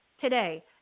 today